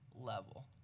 level